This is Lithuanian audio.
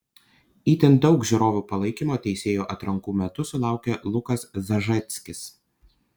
itin daug žiūrovų palaikymo teisėjų atrankų metu sulaukė lukas zažeckis